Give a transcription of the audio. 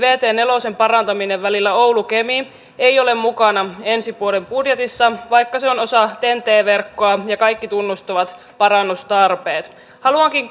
vt neljän parantaminen välillä oulu kemi ei ole mukana ensi vuoden budjetissa vaikka se on osa ten t verkkoa ja kaikki tunnustavat parannustarpeet haluankin